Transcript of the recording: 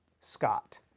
Scott